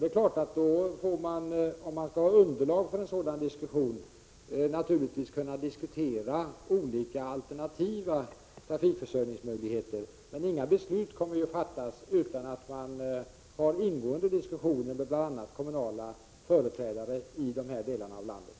Det är klart att om man skall ha underlag för en sådan diskussion får man undersöka olika alternativa trafikförsörjningsmöjligheter. Men inga beslut kommer att fattas utan ingående diskussioner med bl.a. kommunala företrädare i dessa delar av landet.